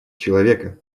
человека